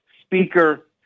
speaker